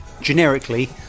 generically